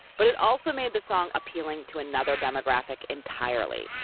but it also made the song appealing to another demographic entirely,